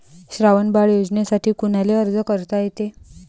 श्रावण बाळ योजनेसाठी कुनाले अर्ज करता येते?